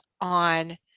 on